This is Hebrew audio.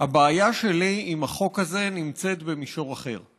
הבעיה שלי עם החוק הזה נמצאת במישור אחר.